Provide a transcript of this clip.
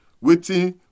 Waiting